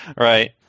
Right